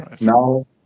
Now